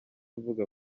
mvuga